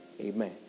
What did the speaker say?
Amen